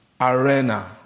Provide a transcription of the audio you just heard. arena